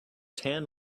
tan